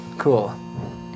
Cool